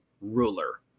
ruler